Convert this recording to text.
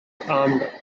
armed